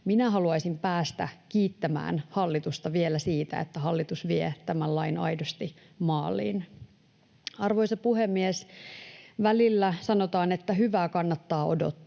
Minä haluaisin päästä kiittämään hallitusta vielä siitä, että hallitus vie tämän lain aidosti maaliin. Arvoisa puhemies! Välillä sanotaan, että hyvää kannattaa odottaa.